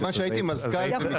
כיוון שהייתי מזכ"ל בני עקיבא,